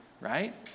right